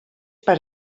per